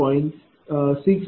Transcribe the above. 3890